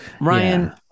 ryan